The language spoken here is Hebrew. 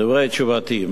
דברי תשובתי,